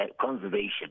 conservation